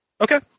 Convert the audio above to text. Okay